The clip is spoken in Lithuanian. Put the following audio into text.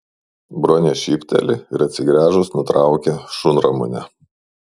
bronė šypteli ir atsigręžus nutraukia šunramunę